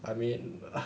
I mean